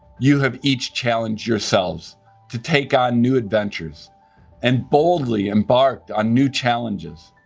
you have each challenged yourselves to take on new adventures and boldly embarked on new challenges.